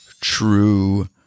true